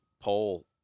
poll